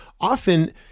often